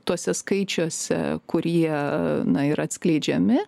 tuose skaičiuose kurie na yra atskleidžiami